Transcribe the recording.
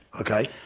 Okay